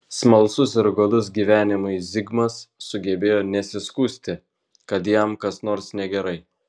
smalsus ir godus gyvenimui zigmas sugebėjo nesiskųsti kad jam kas nors negerai